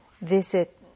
visit